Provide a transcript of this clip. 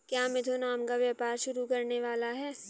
क्या मिथुन आम का व्यापार शुरू करने वाला है?